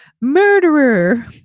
murderer